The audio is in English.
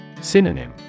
Synonym